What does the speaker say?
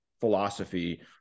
philosophy